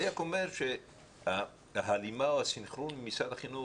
אני רק אומר שההלימה או הסנכרון עם משרד החינוך,